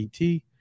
et